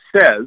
says